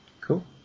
Cool